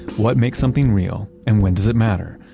what makes something real, and when does it matter.